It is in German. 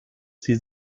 sie